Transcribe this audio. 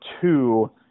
two